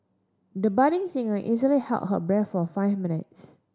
the budding singer easily held her breath for five minutes